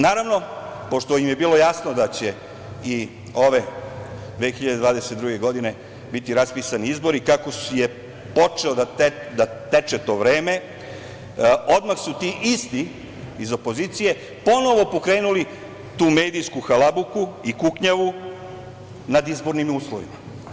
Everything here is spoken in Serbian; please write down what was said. Naravno, pošto im je bilo jasno da će i ove 2022. godine biti raspisani izbori, kako je počelo da teče to vreme odmah su ti isti iz opozicije ponovo pokrenuli tu medijsku halabuku i kuknjavu nad izbornim uslovima.